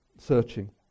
searching